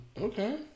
okay